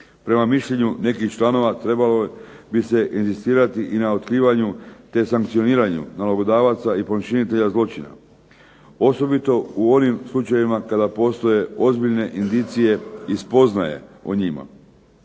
Po mišljenju nekih članova trebali bi se inzistirati na otkrivanju te sankcioniranju nalogodavaca i počinitelja zločina, osobito u onim slučajevima kada postoje ozbiljne indicije i spoznaje o njima.